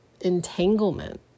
entanglement